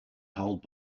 hold